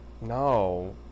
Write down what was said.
No